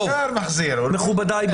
מכובדיי,